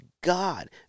God